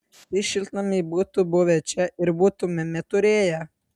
tai šiltnamiai būtų buvę čia ir būtumėme turėję